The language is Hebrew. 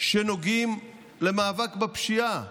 שנוגעים למאבק בפשיעה.